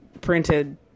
printed